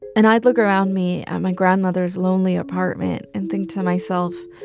and i'd look around me at my grandmother's lonely apartment and think to myself,